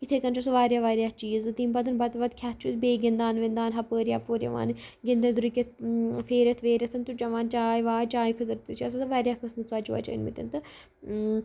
یتھے کٔنۍ چھِ آسان واریاہ واریاہ چیٖز تہٕ تمہِ پتہٕ بتہٕ وتہٕ کھیٚتھ چھِ أسۍ بیٚیہِ گِنٛدان ونٛدان ہۄپٲرۍ یپٲرۍ یِوان گِنٛدِتھ درٛوٚکِتھ پھیٖرتھ ویٖرتھ تہٕ چیٚوان چاے واے چایہِ خٲطرٕ تہِ چھِ آسان تِم واریاہ قٕسم ژۄچہِ وۄچہِ أنمٕتۍ تہٕ